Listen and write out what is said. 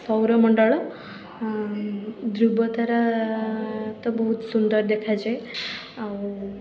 ସୌରମଣ୍ଡଳ ଧ୍ରୁବତାରା ତ ବହୁତ ସୁନ୍ଦର ଦେଖାଯାଏ ଆଉ